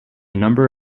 number